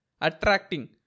attracting